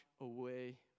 away